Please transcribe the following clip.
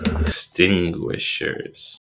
extinguishers